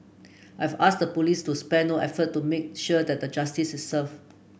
I've asked the police to spare no effort to make sure that the justice is serve